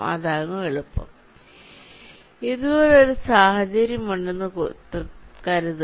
അതാകും എളുപ്പം ഇതുപോലൊരു സാഹചര്യം ഉണ്ടെന്നു കരുതുക